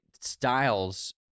styles